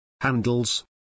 Handles